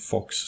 Fox